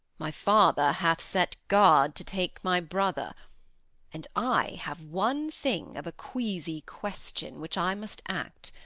my father hath set guard to take my brother and i have one thing, of a queasy question, which i must act.